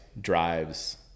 drives